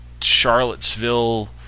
Charlottesville